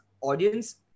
audience